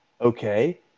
okay